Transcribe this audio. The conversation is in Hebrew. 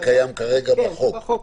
זה קיים כרגע בחוק?